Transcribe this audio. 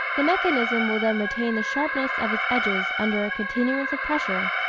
the mechanism will then retain the sharpness of its edges under a continuance of pressure,